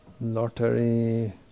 Lottery